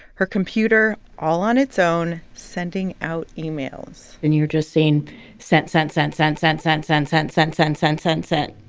her computer, all on its own, sending out emails and you're just seeing sent, sent, sent, sent, sent, sent, sent, sent, sent, sent, sent, sent, sent.